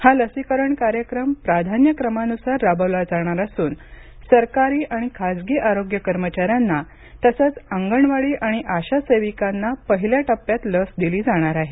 हा लसीकरण कार्यक्रम प्राधान्य क्रमानुसार राबवला जाणार असून सरकारी आणि खासगी आरोग्य कर्मचाऱ्यांना तसंच अंगणवाडी आणि आशा सेविकांना पहिल्या टप्प्यात लस दिली जाणार आहे